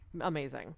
Amazing